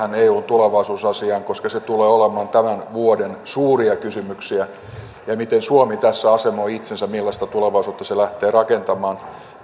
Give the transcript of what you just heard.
eun tulevaisuusasiaan koska se tulee olemaan tämän vuoden suuria kysymyksiä ja se miten suomi tässä asemoi itsensä millaista tulevaisuutta se lähtee rakentamaan